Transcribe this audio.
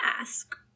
ask